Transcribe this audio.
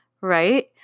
Right